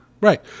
Right